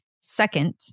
Second